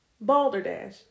Balderdash